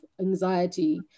anxiety